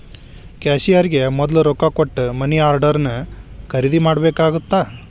ಕ್ಯಾಶಿಯರ್ಗೆ ಮೊದ್ಲ ರೊಕ್ಕಾ ಕೊಟ್ಟ ಮನಿ ಆರ್ಡರ್ನ ಖರೇದಿ ಮಾಡ್ಬೇಕಾಗತ್ತಾ